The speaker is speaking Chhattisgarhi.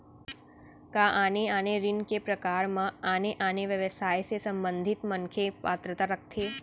का आने आने ऋण के प्रकार म आने आने व्यवसाय से संबंधित मनखे पात्रता रखथे?